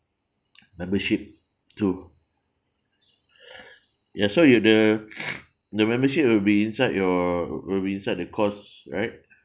membership too ya so you have the the membership will be inside your will be inside the cost right